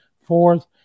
fourth